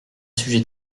sujet